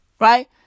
Right